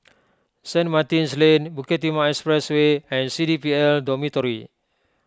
St Martin's Lane Bukit Timah Expressway and C D P L Dormitory